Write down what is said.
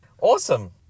Awesome